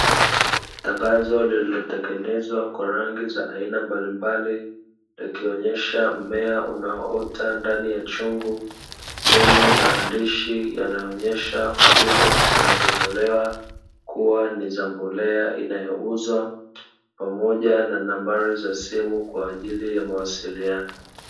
Tangazo lililotengenezwa kwa rangi za aina mbalimbali likionyesha mmea unaoota ndani ya chungu, lenye maandishi yanayoonyesha huduma zinazotolewa kuwa ni za mbolea inayouzwa, pamoja na nambari za simu kwa ajili ya mawasiliano.